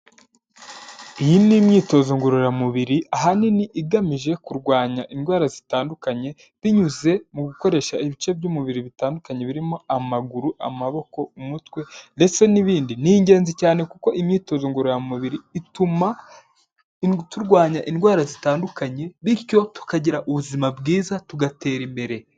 Iyi ni imyitozo ngororamubiri ahanini igamije kurwanya indwara zitandukanye, binyuze mu gukoresha ibice by'umubiri bitandukanye birimo amaguru, amaboko, umutwe ndetse n'ibindi. Ni ingenzi cyane kuko imyitozo ngororamubiri ituma turwanya indwara zitandukanye, bityo tukagira ubuzima bwiza, tugatera imbere.